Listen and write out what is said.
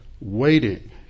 waiting